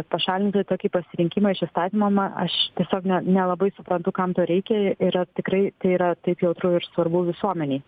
pašalinti tokį pasirinkimą iš įstatymo ma aš tiesiog ne nelabai suprantu kam to reikia yra tikrai tai yra taip jautru ir svarbu visuomenei